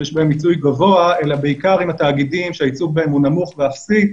שיש בהן מיצוי גבוה אלא בעיקר עם התאגידים שהייצוג בהם הוא נמוך ואפסי,